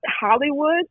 Hollywood